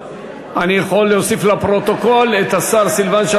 איסור הלבנת הון (הוצאת כספים מישראל בעבור מסתנן,